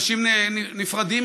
אלה הנתונים של משרד האוצר.